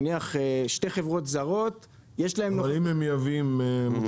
נניח שתי חברות זרות יש להם -- אבל אם הם מייבאים מוצרים?